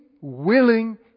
willing